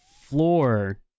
floor